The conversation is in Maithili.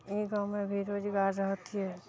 ई गाँवमे भी रोजगार रहतियै